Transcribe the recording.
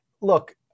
look